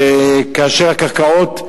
כאשר הקרקעות,